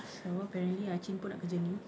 so apparently achin pun nak kerja ni